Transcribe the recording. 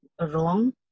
wrong